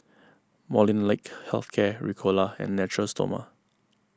Molnylcke Health Care Ricola and Natura Stoma